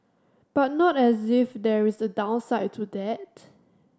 but not as if there is a downside to that